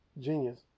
genius